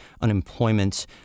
unemployment